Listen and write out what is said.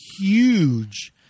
huge